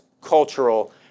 cultural